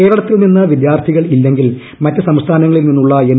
കേരളത്തിൽ നിന്ന് വിദ്യാർഥികൾ ഇല്ലെങ്കൂിൽ മറ്റ് സംസ്ഥാനങ്ങളിൽ നിന്നുള്ള എൻ